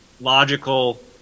logical